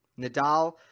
Nadal